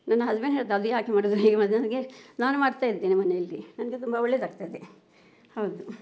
ನನ್ನ ಹಸ್ಬೆಂಡ್ ಹೇಳ್ತಾ ಅದು ಯಾಕೆ ಮಾಡೋದು ಹೀಗೆ ಮಧ್ಯಾಹ್ನಕ್ಕೆ ನಾನು ಮಾಡ್ತಾಯಿದ್ದೇನೆ ಮನೆಯಲ್ಲಿ ನನಗೆ ತುಂಬ ಒಳ್ಳೆಯದಾಗ್ತದೆ ಹೌದು